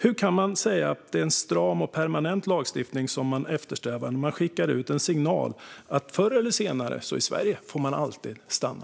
Hur kan man säga att det är en stram och permanent lagstiftning som man eftersträvar, när man skickar en signal om att i Sverige får man förr eller senare alltid stanna.